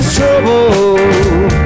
Trouble